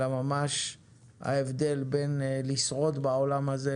אלא ממש ההבדל בין לשרוד בעולם הזה,